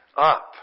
up